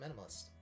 Minimalist